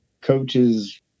coaches –